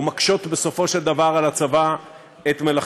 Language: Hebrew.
ומקשות בסופו של דבר על הצבא את מלאכתו.